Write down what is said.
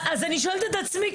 אז אני שואלת את עצמי,